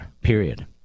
period